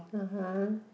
(uh huh)